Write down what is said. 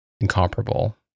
incomparable